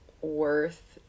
worth